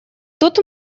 тут